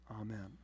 Amen